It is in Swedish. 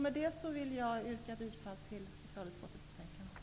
Med detta vill jag yrka bifall till hemställan i socialutskottets betänkande.